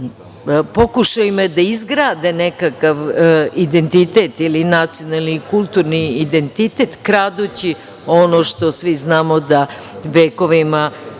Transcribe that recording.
da izgrade nekakav identitet ili nacionalni i kulturni identitet kradući ono što svi znamo da vekovima